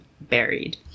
buried